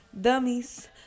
Dummies